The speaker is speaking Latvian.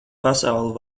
pasaule